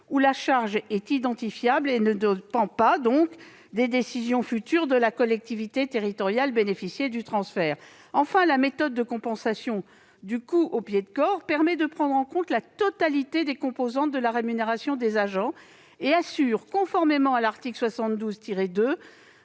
où la charge est identifiable et ne dépend pas des décisions futures de la collectivité territoriale bénéficiaire du transfert. Enfin, la méthode au « pied de corps » permet de prendre en compte la totalité des composantes de la rémunération des agents et assure, conformément à l'article 72-2